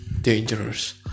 dangerous